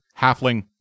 Halfling